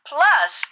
Plus